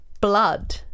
Blood